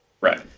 Right